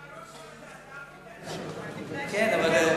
אתה יושב-ראש ועדה, תעמוד על שלך ונעלמים.